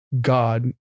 God